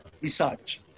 research